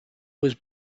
was